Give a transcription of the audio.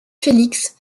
félix